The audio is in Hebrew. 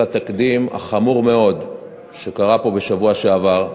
התקדים החמור מאוד שקרה פה בשבוע שעבר,